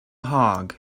hog